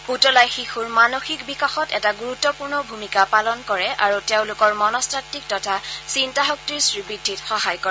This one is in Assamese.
পুতলাই শিশুৰ মানসিক বিকাশত এটা গুৰুত্পূৰ্ণ ভূমিকা পালন কৰে আৰু তেওঁলোকৰ মনস্তাত্বিক তথা চিন্তা শক্তিৰ শ্ৰীবৃদ্ধিত সহায় কৰে